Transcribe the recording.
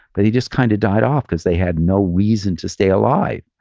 but he just kind of died off because they had no reason to stay alive.